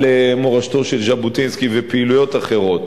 מורשתו של ז'בוטינסקי ופעילויות אחרות.